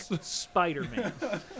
Spider-Man